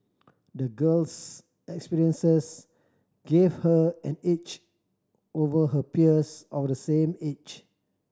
the girl's experiences gave her an edge over her peers of the same age